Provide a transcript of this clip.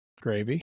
gravy